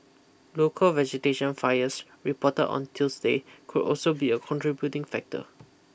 local vegetation fires reported on Tuesday could also be a contributing factor